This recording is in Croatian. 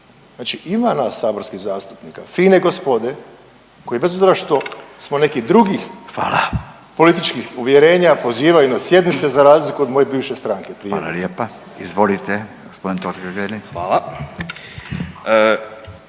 Znači ima nas saborskih zastupnika fine gospode koji bez obzira što smo nekih drugih …/Upadica: Hvala./… političkih uvjerenja pozivaju na sjednice za razliku od moje bivše stranke primjerice. **Radin, Furio (Nezavisni)** Hvala